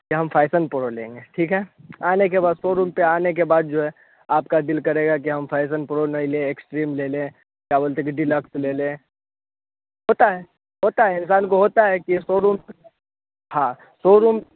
कि हम fashion pro लेंगे ठीक है आने के बाद शोरूम पर आने के बाद जो है आपका दिल करेगा कि हम फैशन प्रो नहीं ले एक्स्ट्रीम ले ले क्या बोलते है कि डिलक्स ले ले होता है होता है इंसान को होता है कि शोरूम हाँ शोरूम